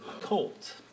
colt